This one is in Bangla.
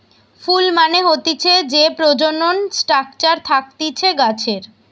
ফুল মানে হতিছে যে প্রজনন স্ট্রাকচার থাকতিছে গাছের